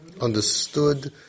Understood